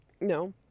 No